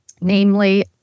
namely